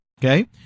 Okay